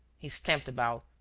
he stamped about,